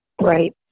Right